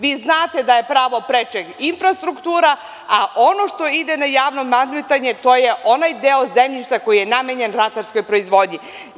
Vi znate da je pravo prečeg infrastruktura, a ono što ide na javno nadmetanje, to je onaj deo zemljišta koji je namenjen ratarskoj proizvodnji.